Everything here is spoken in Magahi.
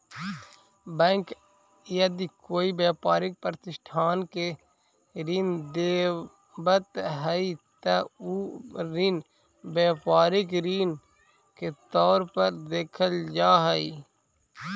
बैंक यदि कोई व्यापारिक प्रतिष्ठान के ऋण देवऽ हइ त उ ऋण व्यापारिक ऋण के तौर पर देखल जा हइ